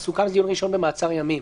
סוכם דיון ראשון במעצר ימים.